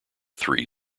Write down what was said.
three